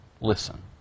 listen